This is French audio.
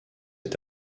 est